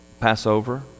Passover